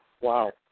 Wow